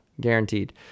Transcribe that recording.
guaranteed